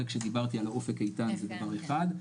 זה כשדיברתי על אופק איתן זה דבר אחד,